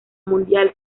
mundial